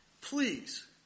please